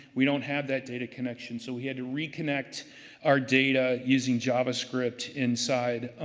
we don't have that data connection. so, we had to reconnect our data using javascript inside